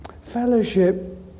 Fellowship